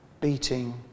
beating